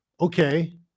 Okay